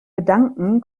gedanken